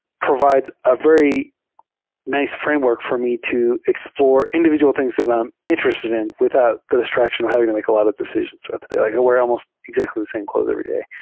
provides a very nice framework for me to explore individual things that i'm interested in without the distraction of having to make a lot of decisions throughout the day. like i wear almost exactly the same clothes every day.